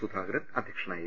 സുധാകരൻ അധ്യക്ഷനായിരുന്നു